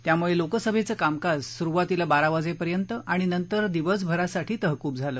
त्यामुळे लोकसभेचं कामकाज सूरुवातीला बारा वाजेपर्यंत आणि नंतर दिवसभरासाठी तहकूब झालं